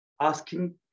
asking